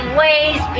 ways